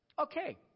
Okay